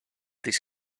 this